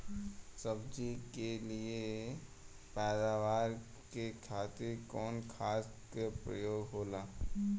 सब्जी के लिए पैदावार के खातिर कवन खाद के प्रयोग होला?